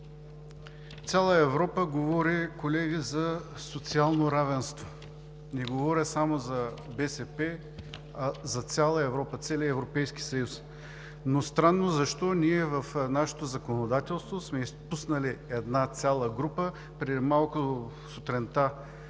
Цяла Европа говори, колеги, за социално равенство – не говоря само за БСП, а за цяла Европа, за целия Европейски съюз. Но странно защо в нашето законодателство сме изпуснали една цяла група – сутринта министър